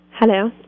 Hello